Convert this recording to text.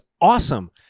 awesome